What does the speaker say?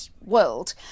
world